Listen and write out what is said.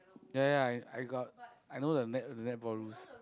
ya ya ya I I got I know the net the netball rules